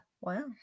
Wow